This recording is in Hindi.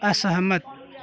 असहमत